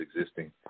Existing